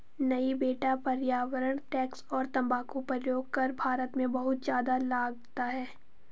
नहीं बेटा पर्यावरण टैक्स और तंबाकू प्रयोग कर भारत में बहुत ज्यादा लगता है